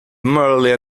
merely